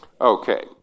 Okay